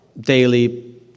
daily